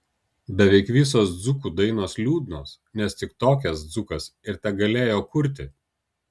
beveik visos dzūkų dainos liūdnos nes tik tokias dzūkas ir tegalėjo kurti